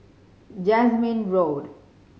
Jasmine Road